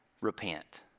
repent